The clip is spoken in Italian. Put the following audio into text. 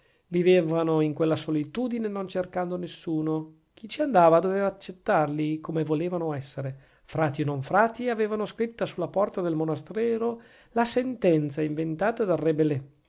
vivevano in quella solitudine non cercando nessuno chi ci andava doveva accettarli come volevano essere frati o non frati avevano scritta sulla porta del monastero la sentenza inventata dal